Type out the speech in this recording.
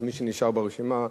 אז מי שנשאר ברשימה,